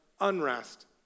unrest